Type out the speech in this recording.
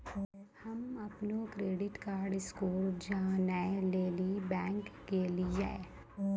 हम्म अपनो credit card score जानै लेली बैंक गेलियै